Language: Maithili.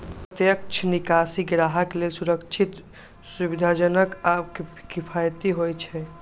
प्रत्यक्ष निकासी ग्राहक लेल सुरक्षित, सुविधाजनक आ किफायती होइ छै